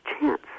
chance